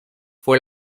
fue